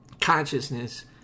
consciousness